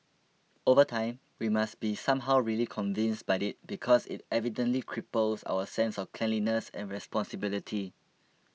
over time we must be somehow really convinced by it because it evidently cripples our sense of cleanliness and responsibility